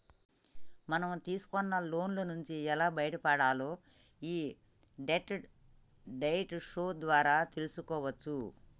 మనం తీసుకున్న లోన్ల నుంచి ఎలా బయటపడాలో యీ డెట్ డైట్ షో ద్వారా తెల్సుకోవచ్చు